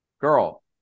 Girl